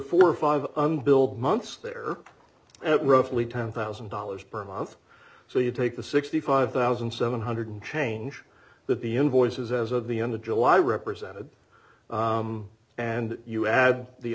four or five unbilled months there at roughly ten thousand dollars per month so you take the sixty five thousand seven hundred dollars change that the invoices as of the end of july represented and you add the